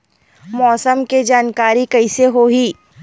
मौसम के जानकारी कइसे होही?